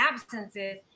absences